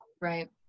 Right